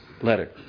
letter